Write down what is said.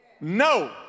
no